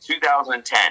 2010